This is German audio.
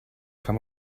kann